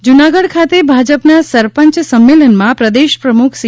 પાટિલ જુનાગઢ ખાતે ભાજપના સરપંય સંમેલનમાં પ્રદેશ પ્રમુખ સી